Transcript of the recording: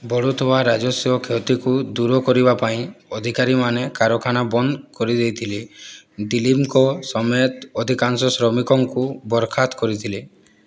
ବଢ଼ୁଥିବା ରାଜସ୍ୱ କ୍ଷତିକୁ ଦୂର କରିବା ପାଇଁ ଅଧିକାରୀମାନେ କାରଖାନା ବନ୍ଦ କରି ଦେଇଥିଲେ ଦିଲୀପଙ୍କ ସମେତ ଅଧିକାଂଶ ଶ୍ରମିକଙ୍କୁ ବରଖାସ୍ତ କରିଥିଲେ